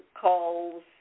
calls